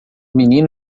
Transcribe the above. menino